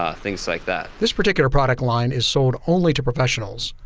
ah things like that. this particular product line is sold only to professionals.